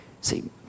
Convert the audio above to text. see